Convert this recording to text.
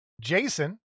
Jason